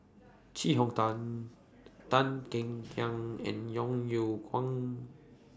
Chee Hong Tan Tan Kek Hiang and Yeo Yeow Kwang